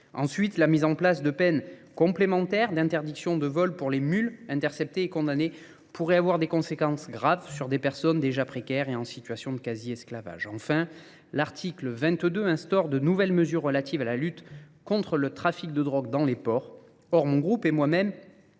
Ensuite, la mise en place de peine complémentaire d'interdiction de vol pour les mules interceptés et condamnés pourrait avoir des conséquences graves sur des personnes déjà précaires et en situation de quasi-esclavage. Enfin, l'article 22 instaure de nouvelles mesures relatives à la lutte contre le trafic de drogue dans les ports. Or, mon groupe et moi-même